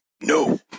no